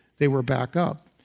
they were back up.